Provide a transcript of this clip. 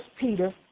Peter